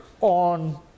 on